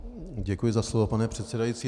Děkuji za slovo, pane předsedající.